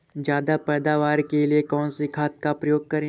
ज्यादा पैदावार के लिए कौन सी खाद का प्रयोग करें?